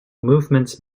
movements